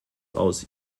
aus